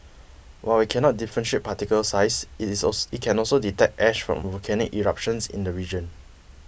while it cannot differentiate particle size it is it can also detect ash from volcanic eruptions in the region